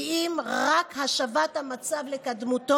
כי אם רק השבת המצב לקדמותו.